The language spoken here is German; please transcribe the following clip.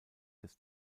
des